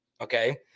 Okay